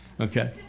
okay